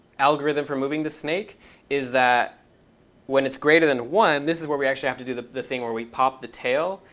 algorithm for moving the snake is that when it's greater than one, this is where we actually have to do the the thing where we pop the tail,